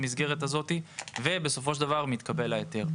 עד שבסופו של דבר מתקבל ההיתר.